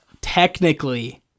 technically